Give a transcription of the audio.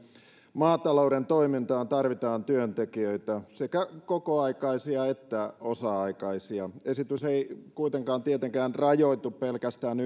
maatalouden toimintaan tarvitaan työntekijöitä sekä kokoaikaisia että osa aikaisia esitys ei kuitenkaan tietenkään rajoitu pelkästään